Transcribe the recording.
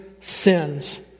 sins